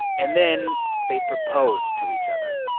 and then they propose to each other.